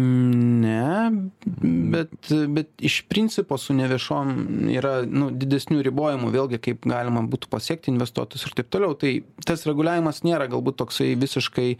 ne bet bet iš principo su neviešom yra nu didesnių ribojimų vėlgi kaip galima būtų pasiekt investuotojus ir taip toliau tai tas reguliavimas nėra galbūt toksai visiškai